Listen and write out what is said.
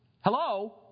Hello